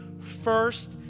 first